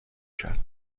کرد